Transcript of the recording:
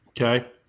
Okay